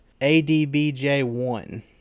ADBJ1